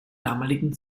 damaligen